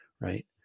right